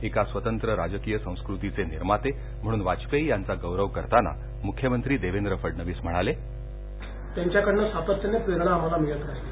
एका स्वतंत्र राजकीय संस्कृतीचे निर्माते म्हणून वाजपेयी यांचा गौरव करताना मुख्यमंत्री देवेंद्र फडणवीस म्हणाले त्यांच्याकडून सातत्यानं आम्हाला प्रेरणा मिळत आली आहे